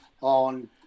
on